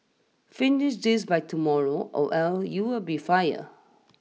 finish this by tomorrow or else you will be fire